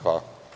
Hvala.